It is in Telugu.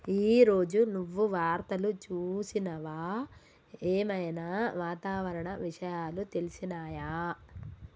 ఈ రోజు నువ్వు వార్తలు చూసినవా? ఏం ఐనా వాతావరణ విషయాలు తెలిసినయా?